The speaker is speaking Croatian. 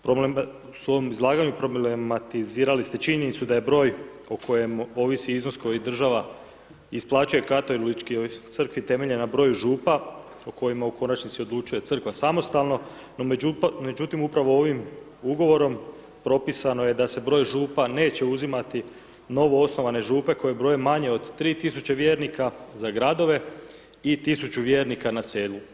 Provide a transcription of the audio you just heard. Problem, ... problematizirali ste činjenicu da je broj o kojem ovisi iznos koji država isplaćuje Katoličkoj crkvi temeljen na broju Župa o kojima u konačnici odlučuje Crkva samostalno, no međutim upravo ovim ugovorom, propisano je da se broj Župa neće uzimati novoosnovane Župe koje broje manje od 3000 vjernika za gradove i 1000 vjernika na selu.